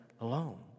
alone